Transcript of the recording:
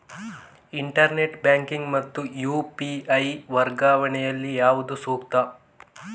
Internet banking ಮತ್ತು UPI ವರ್ಗಾವಣೆ ಯಲ್ಲಿ ಯಾವುದು ಸೂಕ್ತ?